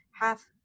half